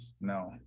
no